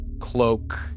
cloak